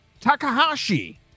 Takahashi